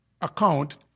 account